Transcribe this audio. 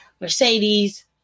Mercedes